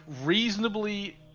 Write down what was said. reasonably